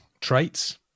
traits